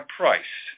price